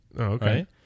Okay